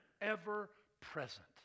ever-present